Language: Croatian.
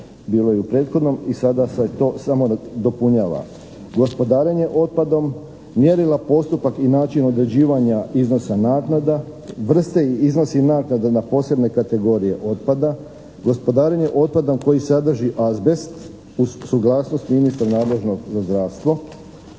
bilo je u prethodnom i sada se to samo dopunjava. Gospodarenje otpadom, mjerila, postupak i način određivanja iznosa naknada, vrste i iznosi naknada na posebnoj kategoriji otpada, gospodarenje otpadom koji sadrži azbest uz suglasnost ministra nadležnog za zdravstvo,